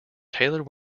taylor